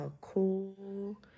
cool